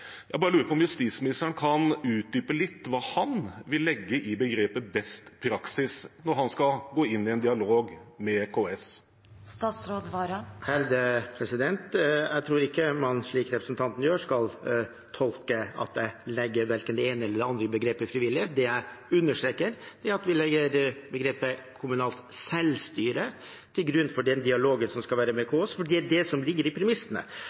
Jeg bare lurer på om justisministeren kan utdype hva han vil legge i begrepet «beste praksis» når han skal gå inn i en dialog med KS. Jeg tror ikke man, slik representanten Bekkevold gjør, skal tolke at jeg legger enten det ene eller det andre i begrepet «frivillighet». Det jeg understreker, er at vi legger begrepet «kommunalt selvstyre» til grunn for den dialogen som skal være med KS, for det er det som ligger i premissene.